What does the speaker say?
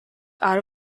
out